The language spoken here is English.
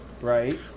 Right